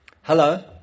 Hello